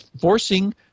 forcing